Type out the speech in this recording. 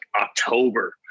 October